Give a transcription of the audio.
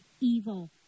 evil